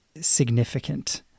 significant